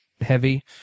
heavy